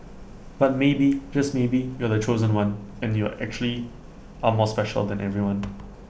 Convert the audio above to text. but maybe just maybe you're the chosen one and you're actually are more special than everyone